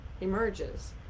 emerges